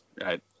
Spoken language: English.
right